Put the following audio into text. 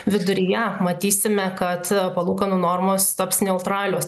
viduryje matysime kad palūkanų normos taps neutralios